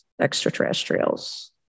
extraterrestrials